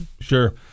sure